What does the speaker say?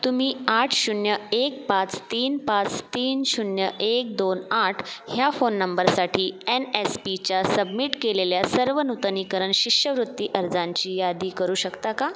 तुम्ही आठ शून्य एक पाच तीन पाच तीन शून्य एक दोन आठ ह्या फोन नंबरसाठी एन एस पीच्या सबमिट केलेल्या सर्व नूतनीकरण शिष्यवृत्ती अर्जांची यादी करू शकता का